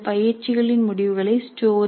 இந்த பயிற்சிகளின் முடிவுகளை story